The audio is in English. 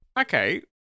Okay